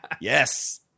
Yes